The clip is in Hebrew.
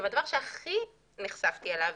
הדבר שהכי נחשפתי אליו